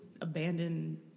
abandoned